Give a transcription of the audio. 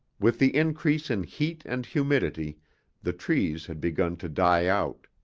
with the increase in heat and humidity the trees had begun to die out.